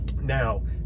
Now